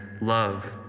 love